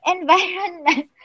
Environment